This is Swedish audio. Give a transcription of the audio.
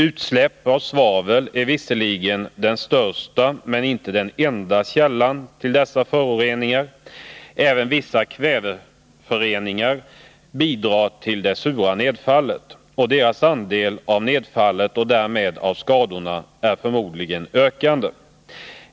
Utsläpp av svavel är visserligen den största, men inte den enda källan till dessa föroreningar. Även vissa kväveföreningar bidrar till det sura nedfallet, och deras andel av nedfallet och därmed av skadorna är förmodligen ökande.